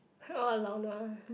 orh lao nua